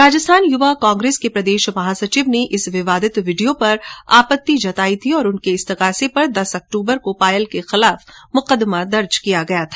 राजस्थान युवा कांग्रेस के प्रदेश महासचिव ने इस विवादित वीडियो पर आपत्ति जताई और उनके इस्तगासे पर दस अक्टूबर को पायल के खिलाफ मुकदमा दर्ज हुआ था